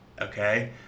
okay